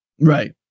Right